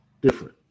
different